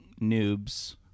noobs